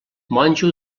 monjo